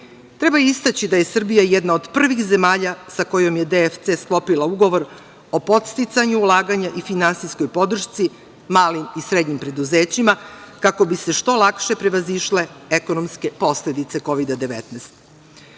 istaći da je Srbija jedan od prvih zemalja sa kojom je DFC sklopila Ugovor o podsticanju ulaganja i finansijskoj podršci malim i srednjim preduzećima, kako bi se što lakše prevazišle ekonomske poledice Kovida